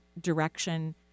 direction